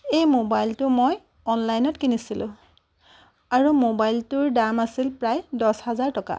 এই ম'বাইলটো মই অনলাইনত কিনিছিলো আৰু ম'বাইলটোৰ দাম আছিল প্ৰায় দছ হাজাৰ টকা